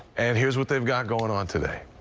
and here's what they've got going on today.